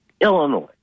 Illinois